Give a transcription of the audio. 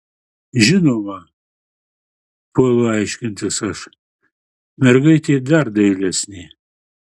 žinoma puolu aiškintis aš mergaitė dar dailesnė